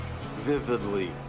vividly